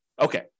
okay